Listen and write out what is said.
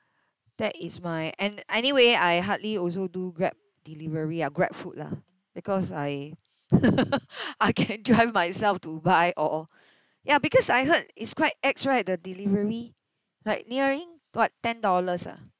that is my and anyway I hardly also do Grab delivery ah grab food lah because I I can drive myself to buy or ya because I heard it's quite ex right the delivery like nearing what ten dollars ah